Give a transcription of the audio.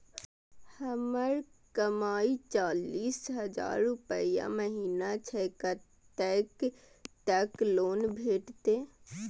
हमर कमाय चालीस हजार रूपया महिना छै कतैक तक लोन भेटते?